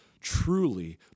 truly